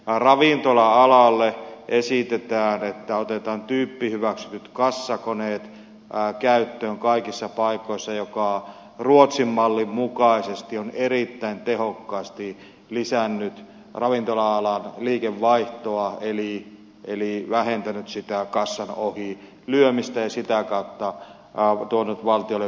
ravintola alalle esitetään että otetaan tyyppihyväksytyt kassakoneet käyttöön kaikissa paikoissa mikä ruotsin mallin mukaisesti on erittäin tehokkaasti lisännyt ravintola alan liikevaihtoa eli vähentänyt kassan ohi lyömistä ja sitä kautta tuonut valtiolle verotuloja